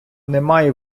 немає